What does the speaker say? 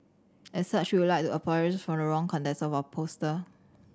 as such we would like to apologise for the wrong context of our poster